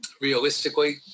realistically